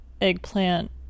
eggplant